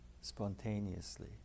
spontaneously